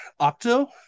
octo